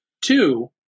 Two